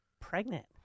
pregnant